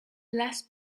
less